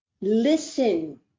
listen